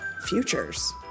futures